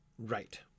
Right